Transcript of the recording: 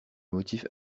motif